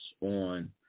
on